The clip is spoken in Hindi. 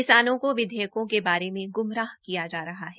किसानों को विधेयकों के बारे में गुमराह किया जा रहा है